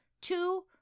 two